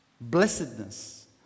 blessedness